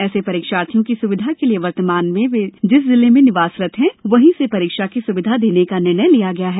ऐसे परीक्षार्थियों की स्विधा के लिए वर्तमान में वे जिस जिले में वे निवासरत हैं वहीं से परीक्षा की सुविधा देने का निर्णय लिया है